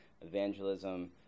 evangelism